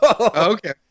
Okay